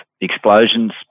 explosions